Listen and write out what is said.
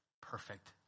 perfect